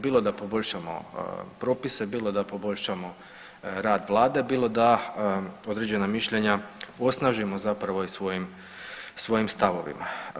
Bilo da poboljšamo propise, bilo da poboljšamo rad vlade, bilo da određena mišljenja osnažimo zapravo i svojim, svojim stavovima.